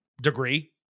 degree